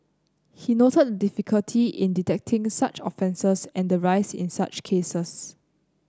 he noted the difficulty in detecting such offences and the rise in such cases